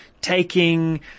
taking